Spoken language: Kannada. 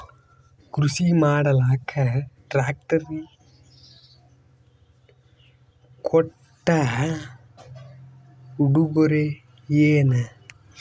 ಕೃಷಿ ಮಾಡಲಾಕ ಟ್ರಾಕ್ಟರಿ ಕೊಟ್ಟ ಉಡುಗೊರೆಯೇನ?